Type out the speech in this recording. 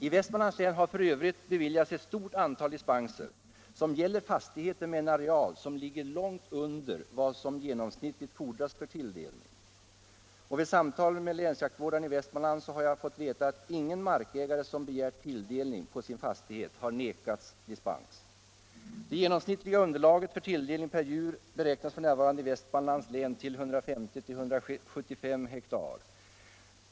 I Västmanlands län har f.ö. beviljats ett stort antal dispenser, som gäller fastigheter med en areal som ligger långt under vad som genomsnittligt fordras för tilldelning. Vid samtal med länsjaktvårdaren i Västmanlands län har jag fått veta att ingen markägare som begärt tilldelning på sin fastighet har vägrats dispens. Det genomsnittliga arealunderlaget för tilldelning av ett djur beräknas f. n. i Västmanlands län till 150-175 har.